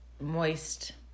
moist